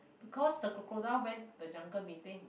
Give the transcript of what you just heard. because the crocodile went to the jungle meeting